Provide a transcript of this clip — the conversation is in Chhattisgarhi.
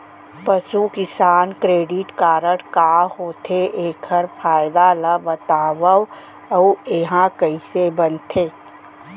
पसु किसान क्रेडिट कारड का होथे, एखर फायदा ला बतावव अऊ एहा कइसे बनथे?